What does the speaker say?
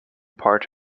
part